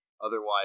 Otherwise